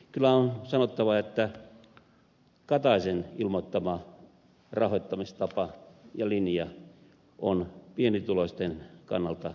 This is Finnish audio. kyllä on sanottava että kataisen ilmoittama rahoittamistapa ja linja on pienituloisten kannata katastrofi